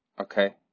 Okay